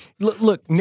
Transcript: Look